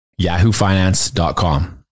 yahoofinance.com